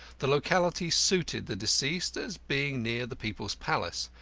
the locality suited the deceased, as being near the people's palace.